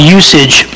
usage